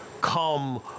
come